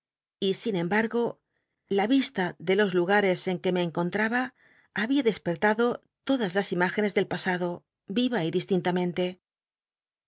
y in embargo la risla de los lugares en que me cnconttaba había clcspcttado todas las imágenes del pasado iva y distintamente